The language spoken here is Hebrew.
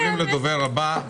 אנחנו עוברים לדוברת הבאה,